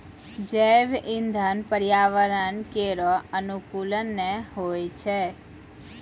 जैव इंधन पर्यावरण केरो अनुकूल नै होय छै